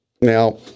Now